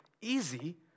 easy